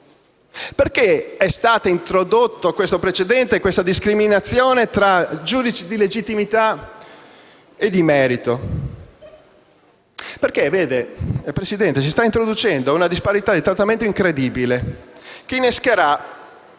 Perché è stato introdotto questo precedente, questa discriminazione tra giudici di legittimità e di merito? Signor Presidente, si sta introducendo una disparità di trattamento incredibile che innescherà